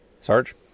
Sarge